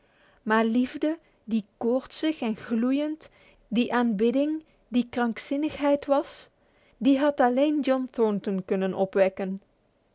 maar liefde die koortsig en gloeiend die aanbidding die krankzinnigheid was die had alleen john thornton kunnen opwekken